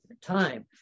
time